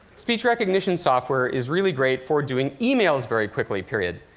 speech recognition software is really great for doing emails very quickly period.